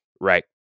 right